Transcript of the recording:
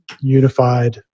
unified